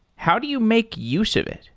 how do you make use of it?